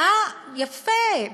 יפה.